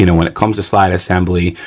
you know when it comes to slide assembly,